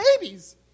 babies